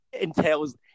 entails